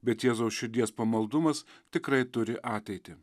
bet jėzaus širdies pamaldumas tikrai turi ateitį